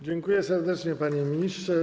Dziękuję serdecznie, panie ministrze.